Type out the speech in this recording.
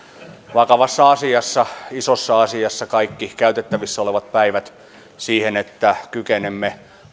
vakavassa ja isossa asiassa kaikki käytettävissä olevat päivät siihen että kykenemme